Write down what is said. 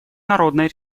народной